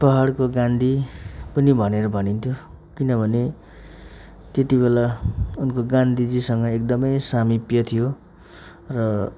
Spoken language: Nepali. पहाडको गान्धी पनि भनेर भनिन्थ्यो किनभने त्यतिबेला उनको गान्धीजीसँग एकदमै सामिप्य थियो र